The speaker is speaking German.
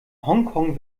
hongkong